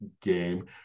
game